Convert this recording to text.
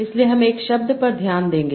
इसलिए हम एक शब्द पर ध्यान देंगे